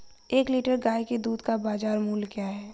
एक लीटर गाय के दूध का बाज़ार मूल्य क्या है?